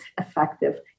effective